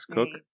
Cook